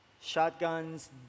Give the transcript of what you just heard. shotguns